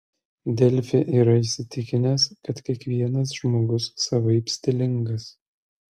delfi yra įsitikinęs kad kiekvienas žmogus savaip stilingas